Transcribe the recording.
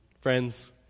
Friends